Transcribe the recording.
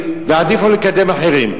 ועדיף כבר לקדם אחרים.